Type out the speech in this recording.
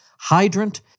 hydrant